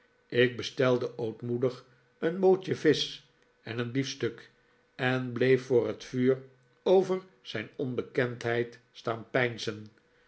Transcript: ik bestelde ootmoedig een mootje visch en een biefstuk en bleef voor het vuur over zijn onbekendheid staan